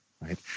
Right